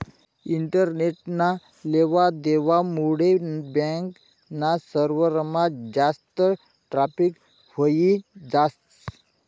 इंटरनेटना लेवा देवा मुडे बॅक ना सर्वरमा जास्त ट्रॅफिक व्हयी जास